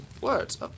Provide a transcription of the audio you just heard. Words